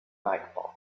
nightfall